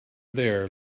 there